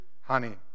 honey